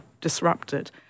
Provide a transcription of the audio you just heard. disrupted